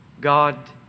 God